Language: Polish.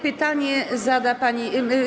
Pytanie zada pani.